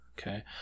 Okay